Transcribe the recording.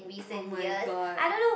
oh-my-god